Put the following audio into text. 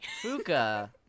Fuka